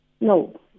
no